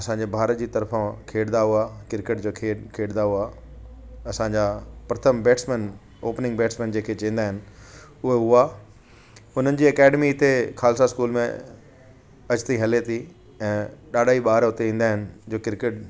असांजे भारत जी तर्फ़ा खेॾंदा हुआ क्रिकेट जो खेल खेॾंदा हुआ असांजा प्रथम बैट्समैन ओपनिंग बैट्समैन जेके चवंदा आहिनि उहे हुननि जी अकेडमी हिते खालसा स्कूल में अॼु ताईं हले थी ऐं ॾाढा ही ॿार हुते ईंदा इन जे क्रिकेट